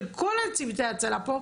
של כל צוותי ההצלה פה.